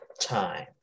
time